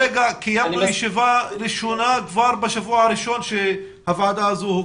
קיימנו ישיבה ראשונה כבר בשבוע הראשון להקמת הוועדה.